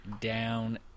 down